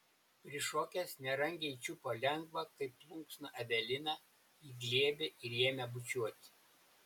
prišokęs nerangiai čiupo lengvą kaip plunksną eveliną į glėbį ir ėmė bučiuoti